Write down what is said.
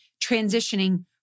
transitioning